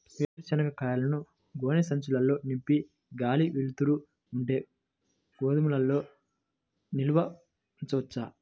వేరుశనగ కాయలను గోనె సంచుల్లో నింపి గాలి, వెలుతురు ఉండే గోదాముల్లో నిల్వ ఉంచవచ్చా?